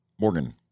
Morgan